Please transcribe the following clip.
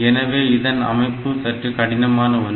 எனவே இதன் அமைப்பு சற்று கடினமான ஒன்று